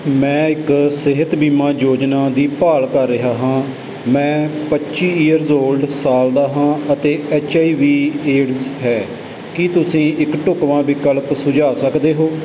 ਮੈਂ ਇੱਕ ਸਿਹਤ ਬੀਮਾ ਯੋਜਨਾ ਦੀ ਭਾਲ ਕਰ ਰਿਹਾ ਹਾਂ ਮੈਂ ਪੱਚੀ ਈਅਰਸ ਓਲਡ ਸਾਲ ਦਾ ਹਾਂ ਅਤੇ ਐਚਆਈਵੀ ਏਡਜ਼ ਹੈ ਕੀ ਤੁਸੀਂ ਇੱਕ ਢੁਕਵਾਂ ਵਿਕਲਪ ਸੁਝਾ ਸਕਦੇ ਹੋ